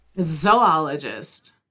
Zoologist